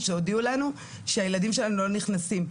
שהודיעו לנו שהילדים שלנו לא נכנסים.